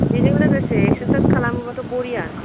बेजों लोगोसे एक्सारचाइस खालामोबाथ' बरिया